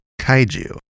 kaiju